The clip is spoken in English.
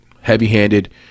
Heavy-handed